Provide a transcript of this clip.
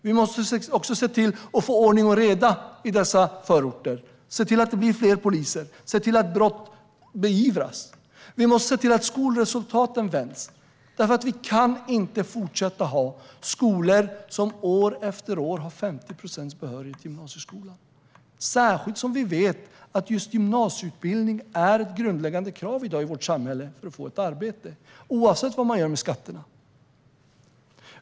Vi måste se till att få ordning och reda i dessa förorter, se till att det blir fler poliser, se till att brott beivras. Vi måste se till att skolresultaten vänds. Vi kan inte fortsätta att ha skolor som år efter år har 50 procents behörighet till gymnasieskolan, särskilt som vi vet att just gymnasieutbildning är ett grundläggande krav i dag för att få ett arbete, oavsett vad man gör med skatterna.